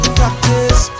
practice